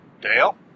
Dale